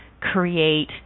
create